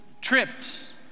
trips